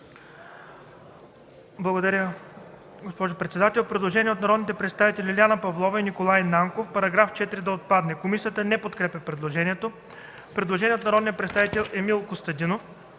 БОРИСЛАВ ГУЦАНОВ: Предложение от народните представители Лиляна Павлова и Николай Нанков –§ 4 да отпадне. Комисията не подкрепя предложението. Предложение от народния представител Емил Костадинов